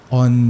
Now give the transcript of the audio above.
on